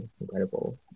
incredible